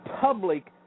public